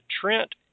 Trent